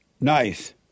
Nice